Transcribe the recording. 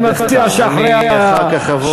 אני אחר כך אבוא,